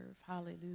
Hallelujah